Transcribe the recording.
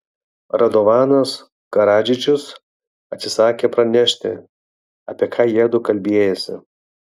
radovanas karadžičius atsisakė pranešti apie ką jiedu kalbėjęsi